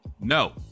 No